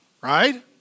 right